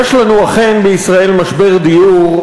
יש לנו אכן בישראל משבר דיור,